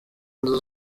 nzu